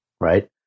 right